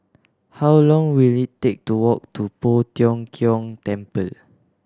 how long will it take to walk to Poh Tiong Kiong Temple